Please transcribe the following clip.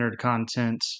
content